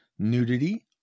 Nudity